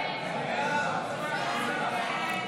01,